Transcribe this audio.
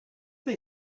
they